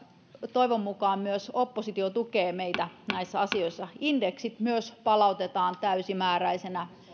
toivon mukaan myös oppositio tukee meitä näissä asioissa indeksit myös palautetaan täysimääräisenä